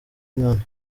nkana